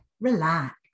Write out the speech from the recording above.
Relax